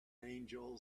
angel